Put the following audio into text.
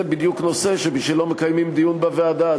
זה בדיוק נושא שבשבילו מקיימים דיון בוועדה.